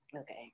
Okay